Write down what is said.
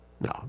No